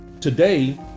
today